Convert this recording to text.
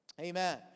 Amen